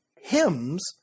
hymns